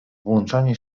włączanie